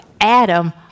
Adam